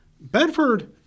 Bedford